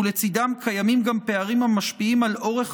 ולצידם קיימים גם פערים המשפיעים על אורך